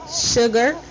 sugar